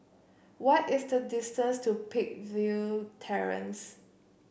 why is the distance to Peakville Terrace